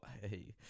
Hey